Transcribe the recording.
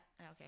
Okay